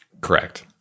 Correct